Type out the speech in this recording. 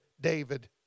David